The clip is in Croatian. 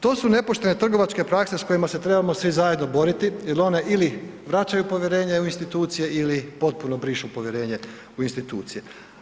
To su nepoštene trgovačke prakse s kojima se trebamo svi zajedno boriti jel one ili vraćaju povjerenje u institucije ili potpuno brišu povjerenje u institucije.